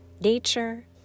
nature